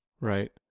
Right